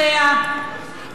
אלא גם על הטעויות שלנו.